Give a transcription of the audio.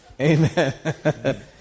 Amen